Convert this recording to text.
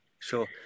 Sure